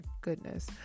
goodness